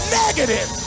negative